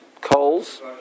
coals